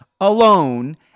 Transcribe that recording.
alone